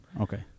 okay